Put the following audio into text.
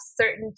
certain